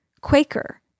Quaker